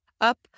up